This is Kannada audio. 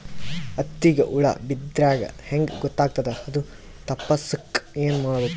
ಹತ್ತಿಗ ಹುಳ ಬಿದ್ದ್ರಾ ಹೆಂಗ್ ಗೊತ್ತಾಗ್ತದ ಅದು ತಪ್ಪಸಕ್ಕ್ ಏನ್ ಮಾಡಬೇಕು?